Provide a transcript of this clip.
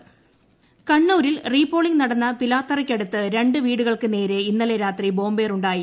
കണ്ണൂർ ആക്രമണം കണ്ണൂരിൽ റീപോളിംഗ് നടന്ന പിലാത്തറയ്ക്കടുത്ത് രണ്ട് വീടുകൾക്ക് നേരെ ഇന്നലെ രാത്രി ബോംബേറുണ്ടായി